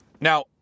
Now